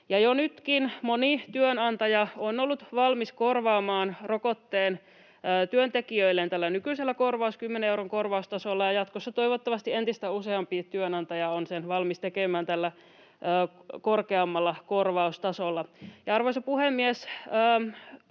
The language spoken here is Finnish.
Jo nytkin moni työnantaja on ollut valmis korvaamaan rokotteen työntekijöilleen tällä nykyisellä 10 euron korvaustasolla, ja jatkossa toivottavasti entistä useampi työnantaja on sen valmis tekemään tällä korkeammalla korvaustasolla. Arvoisa puhemies!